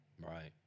Right